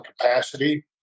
capacity